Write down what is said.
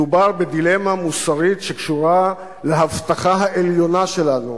מדובר בדילמה מוסרית שקשורה להבטחה העליונה שלנו